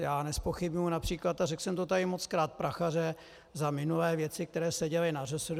Já nezpochybňuji například, a řekl jsem to tady mockrát, Prachaře za minulé věci, které se děly na ŘSD.